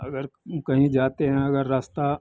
अगर कहीं जाते हैं अगर रास्ते